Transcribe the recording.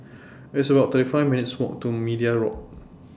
It's about thirty five minutes' Walk to Media Walk